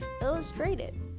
illustrated